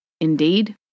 Indeed